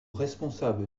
responsable